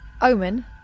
omen